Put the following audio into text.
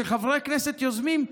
שחברי הכנסת יוזמים,